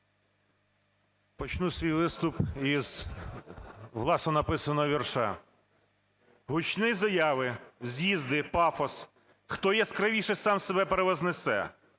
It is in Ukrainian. Почну свій виступ із власно написаного вірша: "Гучні заяви, з'їзди, пафос – хто яскравіше сам себе превознесе.